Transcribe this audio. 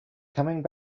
coming